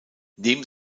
neben